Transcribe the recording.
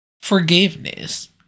forgiveness